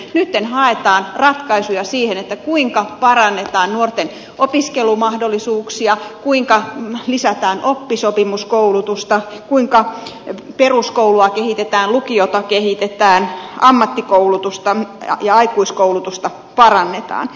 nyt haetaan ratkaisuja siihen kuinka parannetaan nuorten opiskelumahdollisuuksia kuinka lisätään oppisopimuskoulutusta kuinka peruskoulua kehitetään lukiota kehitetään ammattikoulutusta ja aikuiskoulutusta parannetaan